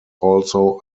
also